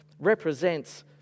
represents